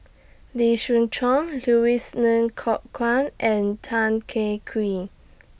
Lee Siew Choh Louis Ng Kok Kwang and Tan Kah Cream